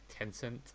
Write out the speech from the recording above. Tencent